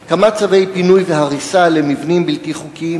2. כמה צווי פינוי והריסה למבנים בלתי חוקיים